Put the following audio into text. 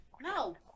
No